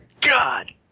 God